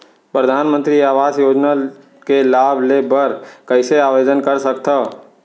परधानमंतरी आवास योजना के लाभ ले बर कइसे आवेदन कर सकथव?